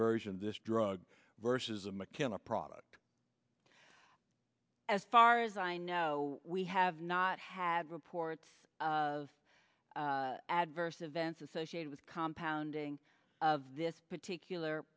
adversion this drug versus a mckenna product as far as i know we have not had reports of adverse events associated with the compound of this particular